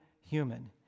human